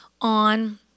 on